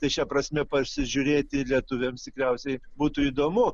tai šia prasme pasižiūrėti lietuviams tikriausiai būtų įdomu